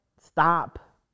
stop